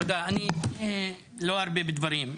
תודה אני לא ארבה במילים.